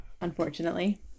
unfortunately